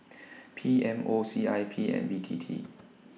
P M O C I P and B T T